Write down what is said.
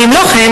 ואם לא כן,